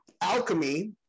Alchemy